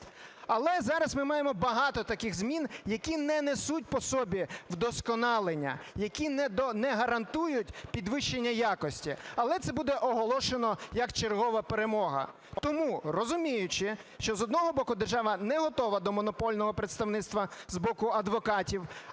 Але зараз ми маємо багато таких змін, які не несуть по собі вдосконалення, які не гарантують підвищення якості, але це буде оголошено як чергова перемога. Тому, розуміючи, що, з одного боку, держава не готова до монопольного представництва з боку адвокатів,